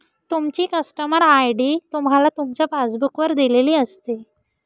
तुमची customer ID तुम्हाला तुमच्या पासबुक वर दिलेली असते